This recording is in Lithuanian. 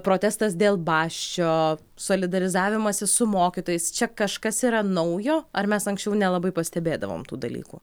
protestas dėl basčio solidarizavimasis su mokytojais čia kažkas yra naujo ar mes anksčiau nelabai pastebėdavom tų dalykų